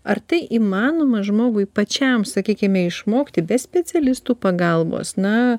ar tai įmanoma žmogui pačiam sakykime išmokti be specialistų pagalbos na